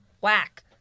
Whack